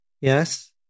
Yes